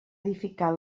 edificat